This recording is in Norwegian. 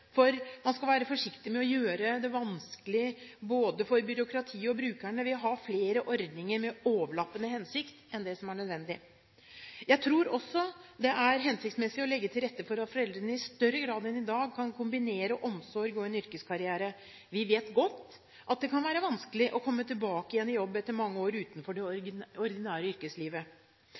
for man skal være forsiktig med å gjøre det vanskelig både for byråkratiet og for brukerne ved å ha flere ordninger med overlappende hensikt enn det som er nødvendig. Jeg tror også det er hensiktsmessig å legge til rette for at foreldrene i større grad enn i dag kan kombinere omsorg med en yrkeskarriere. Vi vet godt at det kan være vanskelig å komme tilbake igjen i jobb etter mange år utenfor det ordinære yrkeslivet.